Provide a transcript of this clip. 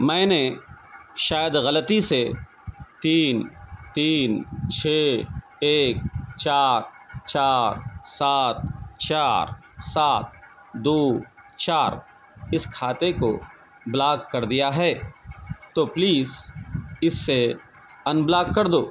میں نے شاید غلطی سے تین تین چھ ایک چار چار سات چار سات دو چار اس کھاتے کو بلاک کر دیا ہے تو پلیز اسے ان بلاک کر دو